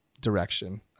Direction